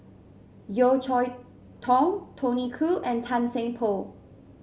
Yeo Cheow Tong Tony Khoo and Tan Seng Poh